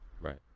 Right